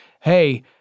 hey